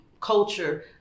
culture